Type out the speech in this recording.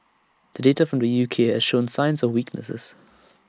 the data from the U K has shown signs of weaknesses